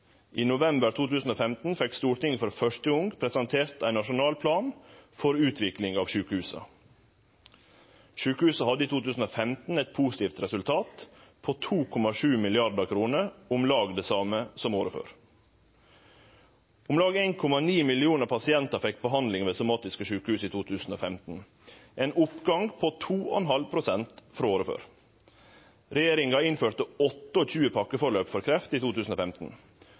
I november 2015 fekk Stortinget for første gong presentert ein nasjonal plan for utvikling av sjukehusa. Sjukehusa hadde i 2015 eit positivt resultat på 2,7 mrd. kr, om lag det same som året før. Om lag 1,9 millionar pasientar fekk behandling ved somatiske sjukehus i 2015, ein oppgang på 2,5 pst. frå året før. Regjeringa innførte 28 pakkeforløp for kreft i 2015.